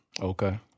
Okay